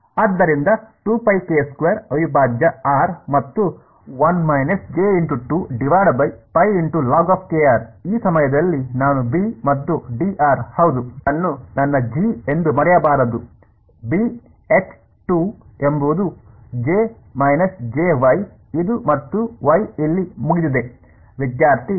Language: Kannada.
ಆದ್ದರಿಂದ ಅವಿಭಾಜ್ಯ r ಮತ್ತು ಈ ಸಮಯದಲ್ಲಿ ನಾನು b ಮತ್ತು ಹೌದು ಅನ್ನು ನನ್ನ ಜಿ ಎಂದು ಮರೆಯಬಾರದು ಎಂಬುದು ಇದು ಮತ್ತು y ಇಲ್ಲಿ ಮುಗಿದಿದೆ